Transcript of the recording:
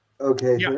Okay